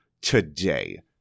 today